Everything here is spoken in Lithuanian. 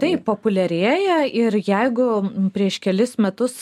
taip populiarėja ir jeigu prieš kelis metus